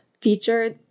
feature